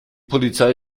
polizei